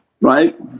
right